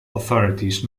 authorities